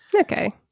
Okay